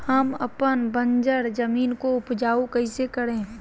हम अपन बंजर जमीन को उपजाउ कैसे करे?